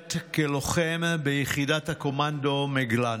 שירת כלוחם ביחידת הקומנדו מגלן.